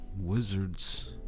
Wizards